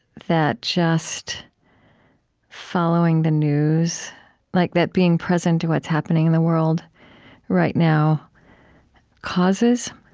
that just following the news like that being present to what's happening in the world right now causes.